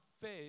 faith